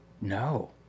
No